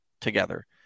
together